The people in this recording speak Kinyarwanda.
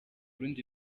rundi